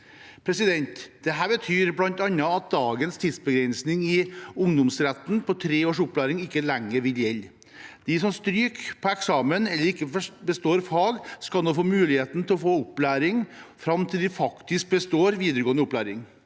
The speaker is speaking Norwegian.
yrkeskompetanse. Dette betyr bl.a. at dagens tidsbegrensning i ungdomsretten på tre års opplæring ikke lenger vil gjelde. De som stryker på eksamen eller ikke består fag, skal nå få muligheten til å få opplæring fram til de faktisk består videregående opplæring.